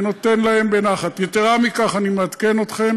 יתרה מזו, אני מעדכן אתכם